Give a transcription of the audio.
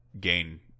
gain